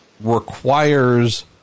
requires